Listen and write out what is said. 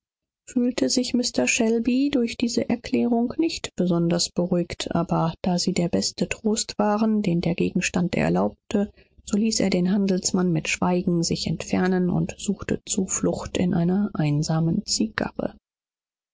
fühlte sich mr shelby durch diese erklärungen nicht sonderlich beruhigt allein da sie die einzige beruhigung waren die er finden konnte so ließ er den händler schweigend gehen und suchte zerstreuung in einer einsamen